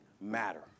matter